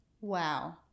Wow